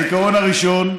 העיקרון הראשון,